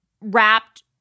wrapped